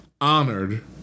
honored